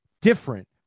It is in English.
different